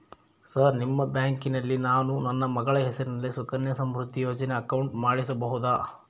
Sir ನಿಮ್ಮ ಬ್ಯಾಂಕಿನಲ್ಲಿ ನಾನು ನನ್ನ ಮಗಳ ಹೆಸರಲ್ಲಿ ಸುಕನ್ಯಾ ಸಮೃದ್ಧಿ ಯೋಜನೆ ಅಕೌಂಟ್ ಮಾಡಿಸಬಹುದಾ?